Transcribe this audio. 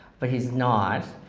but he's not,